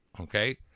okay